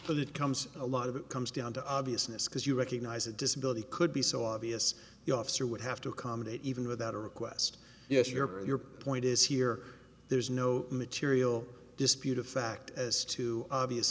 that comes a lot of it comes down to obviousness because you recognize a disability could be so obvious the officer would have to accommodate even without a request yes your or your point is here there's no material dispute of fact as to obvious